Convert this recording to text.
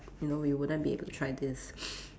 you know we wouldn't be able to try this